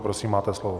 Prosím, máte slovo.